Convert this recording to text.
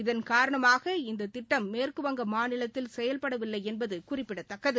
இதள் காரணமாக இந்த திட்டம் மேற்குவங்க மாநிலத்தில் செயல்படவில்லை என்பது குறிப்பிடத்தக்கது